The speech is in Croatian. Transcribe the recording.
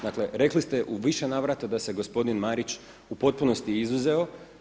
Dakle, rekli ste u više navrata da se gospodin Marić u potpunosti izuzeo.